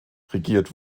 regiert